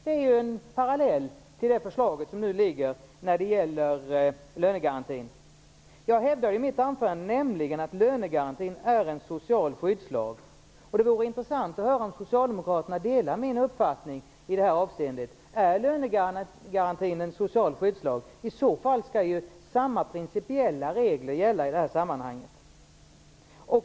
Det är en parallell till det förslag till förändring av lönegarantin vilket nu föreligger. Jag hävdade i mitt anförande att lönegarantin är en social skyddslag. Det vore intressant att höra om socialdemokraterna delar min uppfattning i detta avseende. Är lönegarantin en social skyddslag? I så fall skall samma principiella regel gälla i dessa sammanhang.